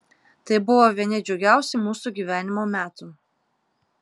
tai buvo vieni džiugiausių mūsų gyvenimo metų